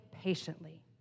patiently